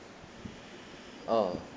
oh